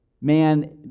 man